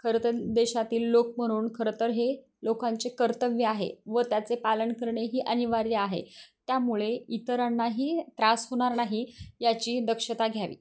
खरंं तर देशातील लोक म्हणून खरं तर हे लोकांचे कर्तव्य आहे व त्याचे पालन करणे ही अनिवार्य आहे त्यामुळे इतरांनाही त्रास होणार नाही याची दक्षता घ्यावी